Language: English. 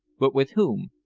but with whom?